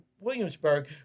Williamsburg